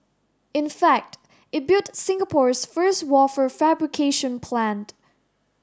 in fact it built Singapore's first wafer fabrication plant